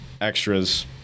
extras